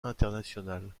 internationale